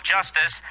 Justice